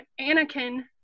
Anakin